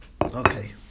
Okay